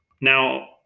Now